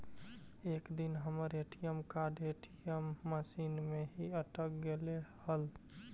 एक दिन हमर ए.टी.एम कार्ड ए.टी.एम मशीन में ही अटक गेले हल